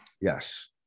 yes